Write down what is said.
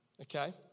Okay